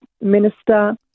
minister